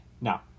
Now